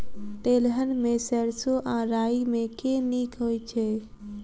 तेलहन मे सैरसो आ राई मे केँ नीक होइ छै?